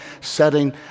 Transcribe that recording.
setting